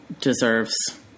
deserves